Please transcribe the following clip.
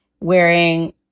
wearing